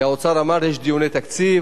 כי האוצר אמר: יש דיוני תקציב,